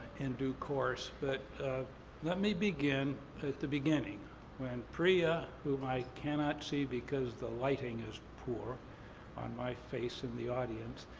in due course. but let me begin the beginning when pria, whom i cannot see because the lighting is poor on my face in the audience,